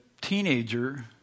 teenager